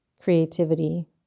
creativity